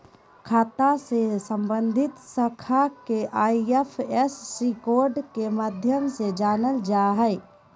खाता से सम्बन्धित शाखा के आई.एफ.एस.सी कोड के माध्यम से जानल जा सक हइ